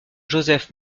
joseph